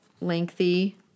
lengthy